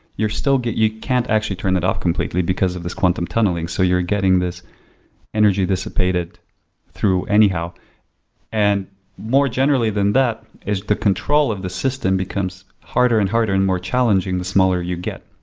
you're still you can't actually turn it off completely because of this quantum tunneling, so you're getting this energy dissipated through anyhow and more generally than that, if the control of the system becomes harder and harder and more challenging, the smaller you get.